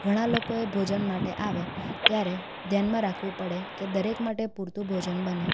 ઘણા લોકો એ ભોજન માટે આવે ત્યારે ધ્યાનમાં રાખવું પડે કે દરેક માટે પૂરતું ભોજન બને